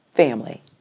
family